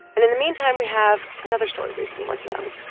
and in the meantime, we have another story we've been working on,